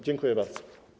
Dziękuję bardzo.